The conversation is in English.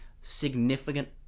significant